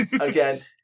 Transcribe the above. again